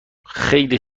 خیلی